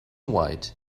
white